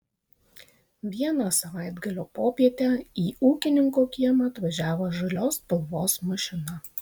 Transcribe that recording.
vieną savaitgalio popietę į ūkininko kiemą atvažiavo žalios spalvos mašina